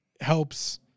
helps